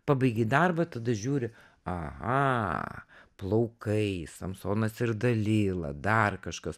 pabaigi darbą tada žiūri aha plaukai samsonas ir dalila dar kažkas